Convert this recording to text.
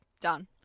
Done